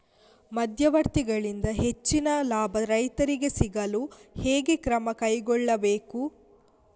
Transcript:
ಮಧ್ಯವರ್ತಿಗಳಿಂದ ಹೆಚ್ಚಿನ ಲಾಭ ರೈತರಿಗೆ ಸಿಗಲು ಹೇಗೆ ಕ್ರಮ ಕೈಗೊಳ್ಳಬೇಕು?